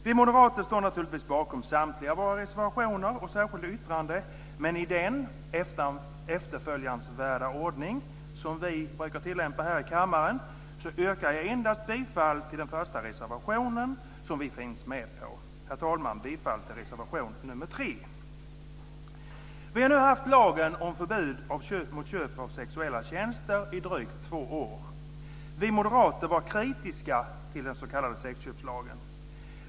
Vi moderater står naturligtvis bakom samtliga våra reservationer och särskilda yttranden men i den efterföljansvärda ordning som vi brukar tillämpa här i kammaren yrkar jag bifall endast till den första reservation som vi finns med på. Herr talman! Jag yrkar bifall till reservation 3. Vi har nu haft lagen om förbud mot köp av sexuella tjänster i drygt två år. Vi moderater var kritiska till den s.k. sexköpslagen.